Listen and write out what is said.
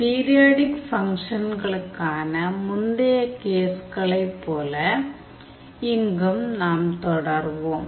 periodic ஃபங்க்ஷன்களுக்கான முந்தைய கேஸ்களை போல இங்கும் நாம் தொடர்வோம்